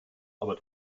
aber